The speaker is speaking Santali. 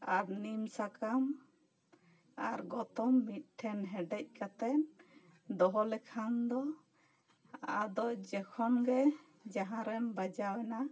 ᱟᱨ ᱱᱤᱢ ᱥᱟᱠᱟᱢ ᱟᱨ ᱜᱚᱛᱚᱢ ᱢᱤᱫ ᱴᱷᱮᱱ ᱦᱮᱰᱮᱡ ᱠᱟᱛᱮᱜ ᱫᱚᱦᱚ ᱞᱮᱠᱷᱟᱱ ᱫᱚ ᱟᱫᱚ ᱡᱚᱠᱷᱚᱱ ᱜᱮ ᱡᱟᱦᱟᱸ ᱨᱮᱢ ᱵᱟᱡᱟᱣᱮᱱᱟ